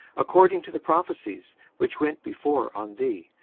according to the prophecies which went before on thee,